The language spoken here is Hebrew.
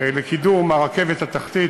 לקידום הרכבת התחתית,